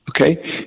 Okay